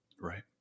right